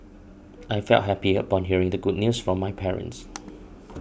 I felt happy upon hearing the good news from my parents